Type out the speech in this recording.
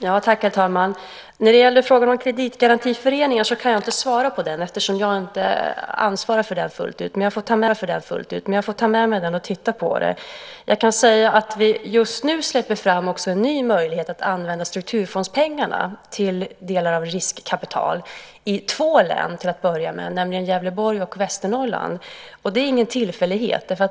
Herr talman! Jag kan inte svara på frågan om kreditgarantiföreningar eftersom jag inte ansvarar fullt ut för den frågan. Men jag tar med mig den och tittar på den. Just nu släpper vi fram en ny möjlighet att använda strukturfondspengarna till riskkapital i till att börja med två län, nämligen Gävleborg och Västernorrland. Det är ingen tillfällighet.